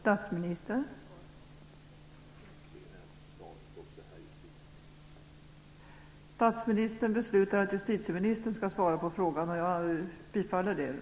Eftersom Siw Persson ställer frågan till statsministern får hon vänta, därför att justitieministern måste få svara först.